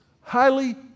highly